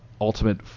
ultimate